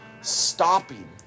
stopping